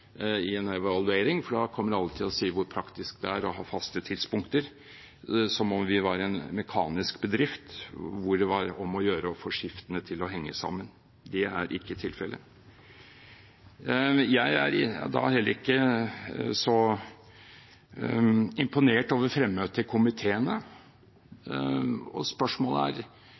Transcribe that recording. i en evaluering, for da kommer alle til å si hvor praktisk det er å ha faste tidspunkter, som om vi var en mekanisk bedrift hvor det er om å gjøre å få skiftene til å henge sammen. Det er ikke tilfellet. Jeg er heller ikke så imponert over fremmøtet i komiteene, og spørsmålet er: